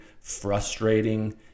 frustrating